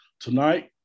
Tonight